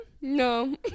no